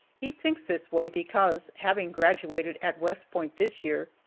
he thinks this way because, having graduated at west point this year,